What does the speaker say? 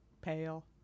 pale